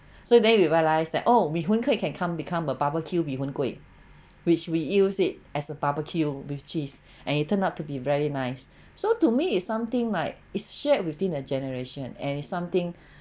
so then we realize that oh mee hoon kueh can come become a barbecue mee hoon kueh which we use it as a barbecue with cheese and it turned out to be very nice so to me it's something like is shared within a generation and is something